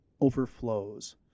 overflows